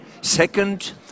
second